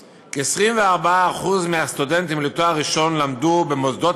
כ־24% מהסטודנטים לתואר ראשון למדו במוסדות